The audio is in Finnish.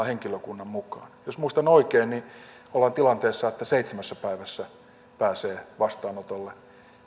henkilökunnan mukaan jos muistan oikein niin ollaan tilanteessa että seitsemässä päivässä pääsee vastaanotolle